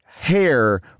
hair